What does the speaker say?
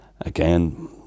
Again